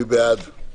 מי בעד?